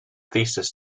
thesis